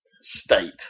state